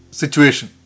situation